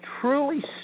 truly